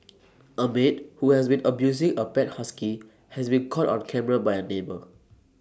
A maid who has been abusing A pet husky has been caught on camera by A neighbour